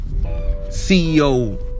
CEO